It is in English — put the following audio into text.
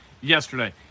yesterday